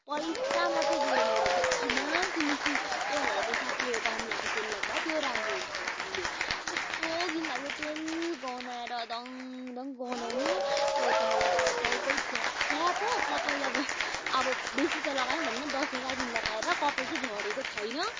पैसा मात्रै गयो मेरो बित्थामा किनेछु त्यो भन्दा त बरू साठ्ठी रुपियाँको अमलाको तेल ल्याएको भए त्यो राम्रो हुन्थ्यो होला मैले कस्तो घिनलाग्दो तेल गनाएर दङदङ गनाउने टाउकोमा लगायो टाउकै च्याप च्याप हो कपाल अब अब बेसी त लगाएन धन्न दस एघार दिन लगाएर कपाल चाहिँ झरेको छैन